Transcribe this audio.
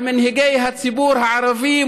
על מנהיגי הציבור הערבי,